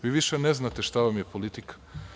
Vi više ne znate šta vam je politika.